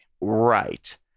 Right